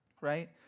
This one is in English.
Right